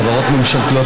חברות ממשלתיות,